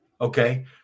Okay